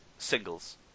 Singles